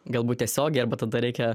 galbūt tiesiogiai arba tada reikia